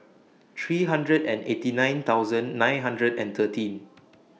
three hundred and eighty nine thousand nine hundred and thirteen